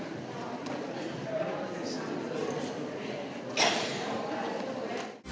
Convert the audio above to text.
Hvala